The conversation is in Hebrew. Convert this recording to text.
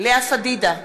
לאה פדידה,